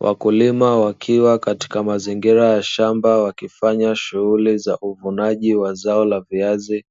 Wakulima wakiwa katika mazingira ya shamba, wakifanya shughuli za uvunaji wa zao la viazi